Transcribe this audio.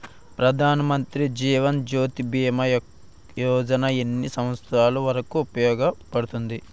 ప్రధాన్ మంత్రి జీవన్ జ్యోతి భీమా యోజన ఎన్ని సంవత్సారాలు వరకు ఉపయోగపడుతుంది?